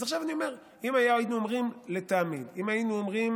אז עכשיו אני אומר שלטעמי, אם היינו אומרים,